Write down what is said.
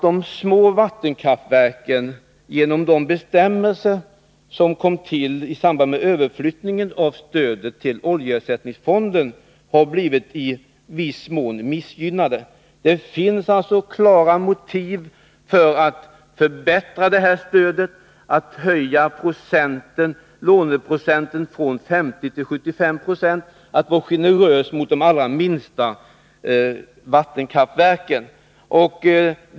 De små vattenkraftverken har genom de bestämmelser som kom till i samband med överflyttningen av stödet till oljeersättningsfonden blivit i viss mån missgynnade. Det finns alltså klara motiv för att förbättra detta stöd, att höja låneprocenten från 50 till 75 970, att vara generös mot de allra minsta vattenkraftverken.